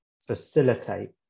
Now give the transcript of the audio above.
facilitate